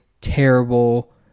terrible